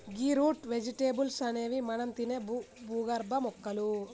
గీ root vegetables అనేవి మనం తినే భూగర్భ మొక్కలు